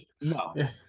No